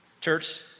Church